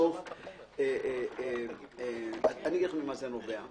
אני אגיד לך ממה זה נובע.